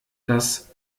dass